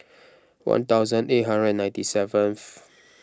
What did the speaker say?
one thousand eight hundred and ninety seventh